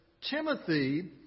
Timothy